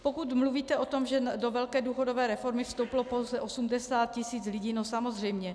Pokud mluvíte o tom, že do velké důchodové reformy vstoupilo pouze 80 tisíc lidí, no samozřejmě.